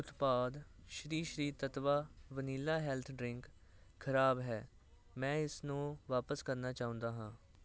ਉਤਪਾਦ Shri Shri Tattva vanilla health drink ਖਰਾਬ ਹੈ ਮੈਂ ਇਸ ਨੂੰ ਵਾਪਸ ਕਰਨਾ ਚਾਹੁੰਦਾ ਹਾਂ